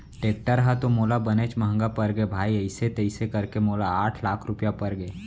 tractor ह तो मोला बनेच महँगा परगे भाई अइसे तइसे करके मोला आठ लाख रूपया परगे